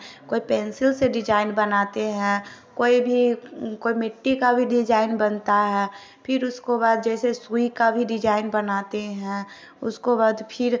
कोई पेंसिल से डिजाईन बनाते हैं कोई भी कोई मिट्टी का भी डिजाईन बनता है फिर उसके बाद जैसे सुई का भी डिजाईन बनाते हैं उसको बाद फिर